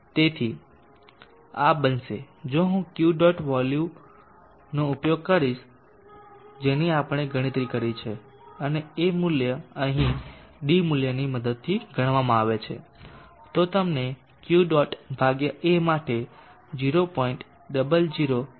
તેથી આ બનશે જો હું Q ડોટ વેલ્યુનો ઉપયોગ કરીશ જેની આપણે ગણતરી કરી છે અને A મૂલ્ય અહીં D મૂલ્યની મદદથી ગણવામાં આવે છે તો તમને Q ડોટ ભાગ્યા A માટે 0